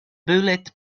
bullet